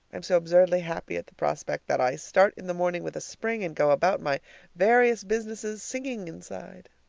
i'm so absurdly happy at the prospect that i start in the morning with a spring, and go about my various businesses singing inside.